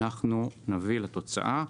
אנחנו נביא לתוצאה.